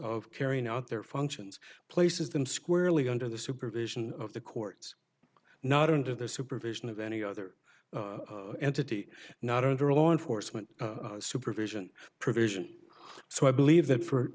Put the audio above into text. of carrying out their functions places them squarely under the supervision of the courts not under their supervision of any other entity not under a law enforcement supervision provision so i believe that for